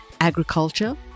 agriculture